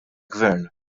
gvern